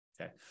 Okay